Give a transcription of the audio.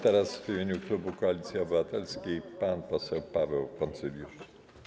Teraz w imieniu klubu Koalicji Obywatelskiej pan poseł Paweł Poncyljusz.